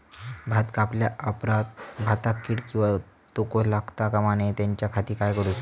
भात कापल्या ऑप्रात भाताक कीड किंवा तोको लगता काम नाय त्याच्या खाती काय करुचा?